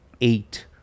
eight